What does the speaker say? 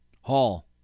Hall